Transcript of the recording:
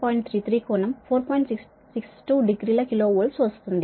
62 degree ల KV వస్తుంది